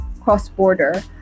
cross-border